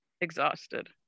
exhausted